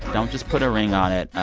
don't just put a ring on it.